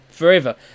forever